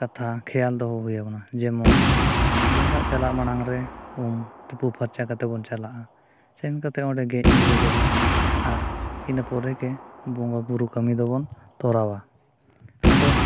ᱠᱟᱛᱷᱟ ᱠᱷᱮᱭᱟᱞ ᱫᱚᱦᱚ ᱦᱩᱭᱟᱵᱚᱱᱟ ᱡᱮᱢᱚᱱ ᱵᱚᱸᱜᱟᱜ ᱪᱟᱞᱟᱜ ᱢᱟᱲᱟᱝ ᱨᱮ ᱩᱢ ᱛᱩᱯᱩ ᱯᱷᱟᱨᱪᱟ ᱠᱟᱛᱮᱫ ᱵᱚᱱ ᱪᱟᱞᱟᱜᱼᱟ ᱥᱮᱱ ᱠᱟᱛᱮᱫ ᱚᱸᱰᱮ ᱜᱮᱡ ᱜᱩᱨᱤᱡᱟᱵᱚᱱ ᱟᱨ ᱤᱱᱟᱹ ᱯᱚᱨᱮ ᱜᱮ ᱵᱚᱸᱜᱟ ᱵᱳᱨᱳ ᱠᱟᱹᱢᱤ ᱫᱚᱵᱚᱱ ᱛᱚᱨᱟᱣᱟ ᱟᱫᱚ